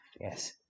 yes